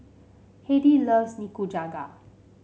Hedy loves Nikujaga